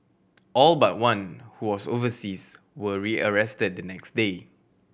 all but one who was overseas were rearrested the next day